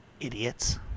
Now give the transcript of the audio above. Idiots